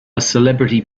celebrity